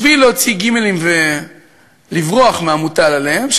בשביל להוציא גימלים ולברוח מהמוטל עליהם,